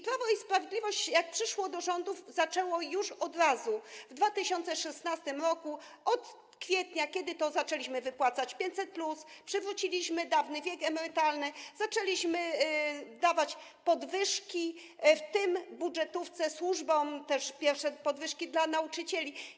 Prawo i Sprawiedliwość, jak objęło rządy, zaczęło to zmieniać od razu już w 2016 r., od kwietnia, kiedy to zaczęliśmy wypłacać 500+, przywróciliśmy dawny wiek emerytalny, zaczęliśmy dawać podwyżki, w tym budżetówce, służbom, były też pierwsze podwyżki dla nauczycieli.